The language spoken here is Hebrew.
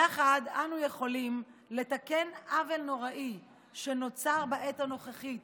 יחד אנו יכולים לתקן עוול נוראי שנוצר בעת הנוכחית